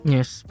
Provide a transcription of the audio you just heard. Yes